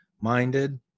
minded